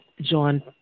John